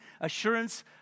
assurance